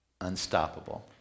unstoppable